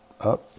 up